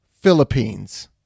Philippines